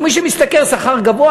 ומי שמשתכר שכר גבוה,